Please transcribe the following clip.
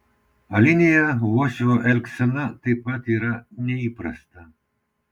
alinėje uošvio elgsena taip pat yra neįprasta